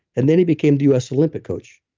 and then he became the us olympic coach.